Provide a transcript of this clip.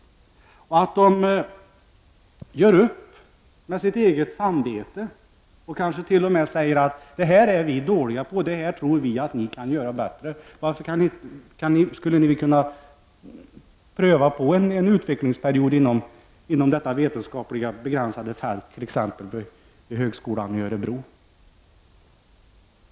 Jag hoppas att de gör upp med sitt eget samvete och kanske säger: Det här är vi dåliga på, vi tror att ni kan göra det bättre. Man kunde kanske pröva på en utvecklingsperiod inom ett begränsat vetenskapligt fält, t.ex. vid högskolan i Örebro.